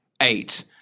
eight